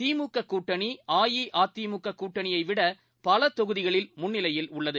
திமுக கூட்டணி அஇஅதிமுக கூட்டணியை விட பல தொகுதிகளில் முன்னிலையில் உள்ளது